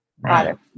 Right